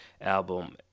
album